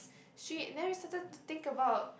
!shit! then we started to think about